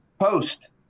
post